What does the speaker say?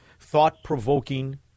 thought-provoking